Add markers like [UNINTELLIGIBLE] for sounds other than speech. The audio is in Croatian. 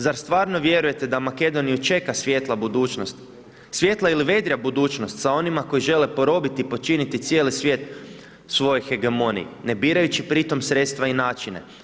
Zar stvarno vjerujete da Makedoniju čeka svjetla budućnost, svijetla ili vedrija budućnost sa onima koji žele porobiti i počiniti cijeli svijet svojih ... [UNINTELLIGIBLE] ne birajući pri tome sredstva i načine.